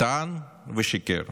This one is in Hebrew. טען ושיקר.